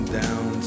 down